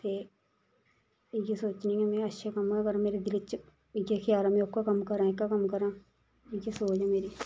कि इ'यै सोचनी आं में अच्छे कम्म गै करां दिलै च इ'यै ख्याल ऐ में ओह्का कम्म करां एह्का कम्म करां इ'यै सोच ऐ मेरी